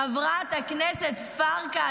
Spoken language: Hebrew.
חברת הכנסת פרקש,